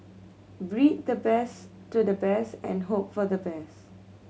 breed the best to the best and hope for the best